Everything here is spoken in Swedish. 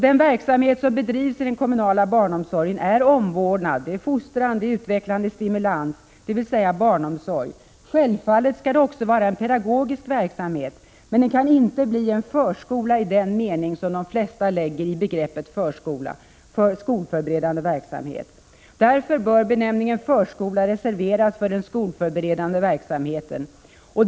Den verksamhet som bedrivs i den kommunala barnomsorgen är omvårdnad, fostran och utvecklande stimulans, dvs. barnomsorg. Självfallet skall det också vara en pedagogisk verksamhet i barnomsorgen, men den kan inte bli en förskola i den mening som de flesta lägger i begreppet förskola, dvs. skolförberedande verksamhet. Därför bör benämmningen förskola reserveras för den skolförberedande verksamheten.